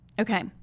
okay